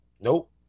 Nope